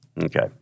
Okay